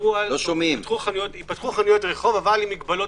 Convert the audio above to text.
דיברו על שייפתחו חנויות רחוב אבל עם מגבלות